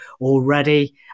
already